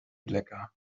lecker